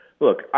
Look